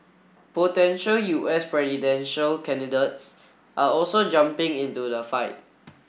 potential U S presidential candidates are also jumping into the fight